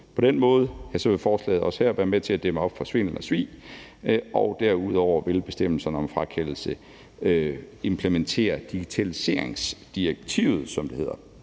På den måde vil forslaget også her være med til at dæmme op for svindel og svig, og derudover vil bestemmelserne om frakendelse implementere digitaliseringsdirektivet, som det hedder.